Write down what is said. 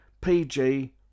pg